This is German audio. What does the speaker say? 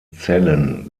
zellen